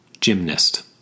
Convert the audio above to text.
Gymnast